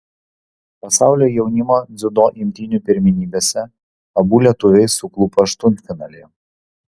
pasaulio jaunimo dziudo imtynių pirmenybėse abu lietuviai suklupo aštuntfinalyje